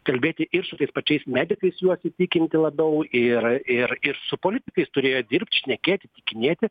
kalbėti ir su tais pačiais medikais juos įtikinti labiau ir ir ir su politikais turėjo dirbt šnekėt įtikinėti